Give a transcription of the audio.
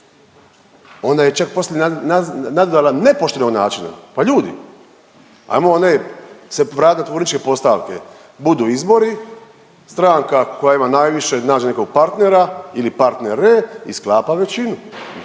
onda je čak poslije nazvala nepoštenog načina. Pa ljudi, ajmo one se vratit na tvorničke postavke, budu izbori, stranka koja ima najviše nađe nekog partnera ili partnere i sklapa većinu,